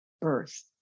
birth